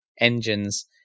engines